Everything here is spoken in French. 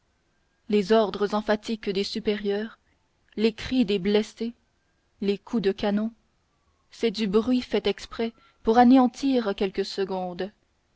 les ordres emphatiques des supérieurs les cris des blessés les coups de canon c'est du bruit fait exprès pour anéantir quelques secondes